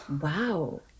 Wow